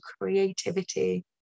creativity